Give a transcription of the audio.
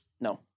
No